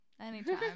Anytime